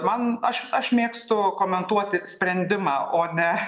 man aš aš mėgstu komentuoti sprendimą o ne